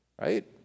right